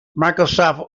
microsoft